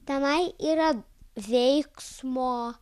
tenai yra veiksmo